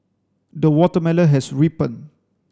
the watermelon has ripened